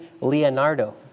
Leonardo